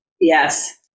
Yes